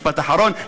משפט אחרון.